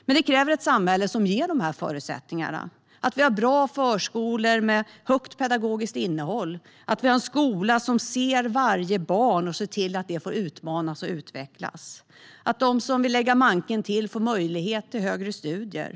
Men det kräver ett samhälle som ger de här förutsättningarna. Det handlar om att vi har bra förskolor med högt pedagogiskt innehåll och om att vi har en skola som ser varje barn och som ser till att det får utmanas och utvecklas. Det handlar om att de som vill lägga manken till får möjlighet till högre studier.